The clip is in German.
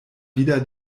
wieder